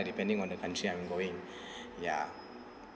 depending on the country I'm going ya